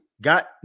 got